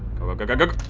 go go go good.